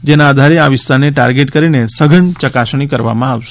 જેના આધારે આ વિસ્તારને ટાર્ગેટ કરીને સઘન યકાસણી કરવામાં આવશે